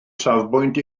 safbwynt